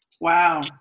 Wow